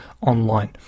online